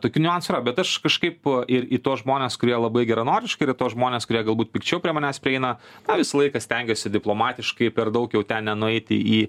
tokių niuansų yra bet aš kažkaip ir į tuos žmones kurie labai geranoriškai ir į tuos žmones kurie galbūt pikčiau prie manęs prieina na visą laiką stengiuosi diplomatiškai per daug jau ten nenueiti į